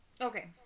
Okay